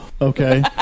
Okay